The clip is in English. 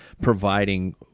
providing